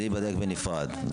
זה ייבדק בנפרד.